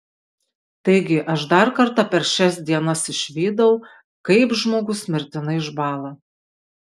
taigi aš dar kartą per šias dienas išvydau kaip žmogus mirtinai išbąla